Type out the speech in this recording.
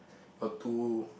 got two